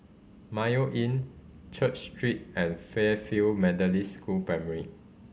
Mayo Inn Church Street and Fairfield Methodist School Primary